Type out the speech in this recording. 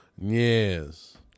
Yes